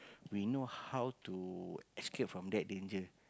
we know how to escape from that danger